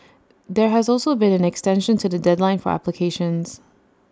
there has also been an extension to the deadline for applications